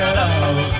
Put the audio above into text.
love